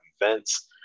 events